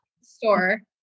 Store